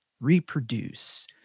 reproduce